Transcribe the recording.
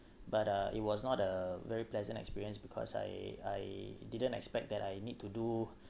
but uh it was not a very pleasant experience because I I didn't expect that I need to do